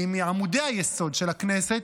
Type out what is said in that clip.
אחד מעמודי היסוד של הכנסת,